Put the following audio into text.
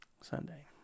Sunday